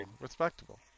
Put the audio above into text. respectable